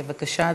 בבקשה,